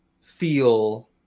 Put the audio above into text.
feel